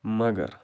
مگر